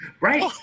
Right